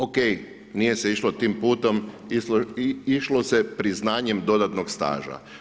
Okej, nije se išlo tim putom, išlo se priznanjem dodatnog staža.